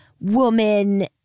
woman